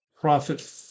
Profit